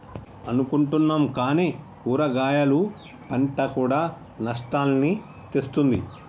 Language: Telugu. అనుకుంటున్నాం కానీ కూరగాయలు పంట కూడా నష్టాల్ని తెస్తుంది